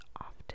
often